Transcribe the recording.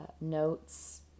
notes